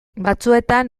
batzuetan